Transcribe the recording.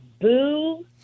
boo